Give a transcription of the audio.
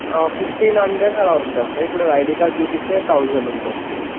fifteen hundred అలా ఉంటుంది sir ఇప్పుడు ఐడి కార్డ్ చూపిస్తే థౌజండ్ ఉండచ్చు